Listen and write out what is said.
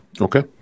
okay